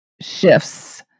shifts